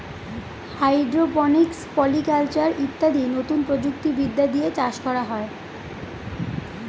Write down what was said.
hydroponics, poly culture ইত্যাদি নতুন প্রযুক্তি বিদ্যা দিয়ে চাষ করা হয়